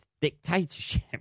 dictatorship